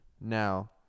now